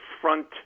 front